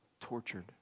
tortured